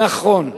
נכון,